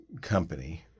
company